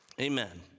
Amen